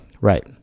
right